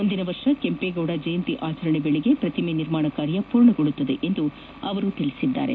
ಮುಂದಿನ ವರ್ಷ ಕೆಂಪೇಗೌಡ ಜಯಂತಿ ಆಚರಣೆ ವೇಳೆಗೆ ಪ್ರತಿಮೆ ನಿರ್ಮಾಣ ಕಾರ್ಯ ಪೂರ್ಣಗೊಳ್ಳಲಿದೆ ಎಂದು ಅವರು ತಿಳಿಬಿದರು